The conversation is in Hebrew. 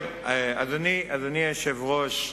שאלתי, אדוני היושב-ראש,